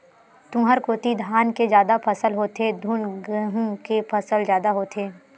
तुँहर कोती धान के जादा फसल होथे धुन गहूँ के फसल जादा होथे?